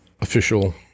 official